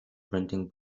printing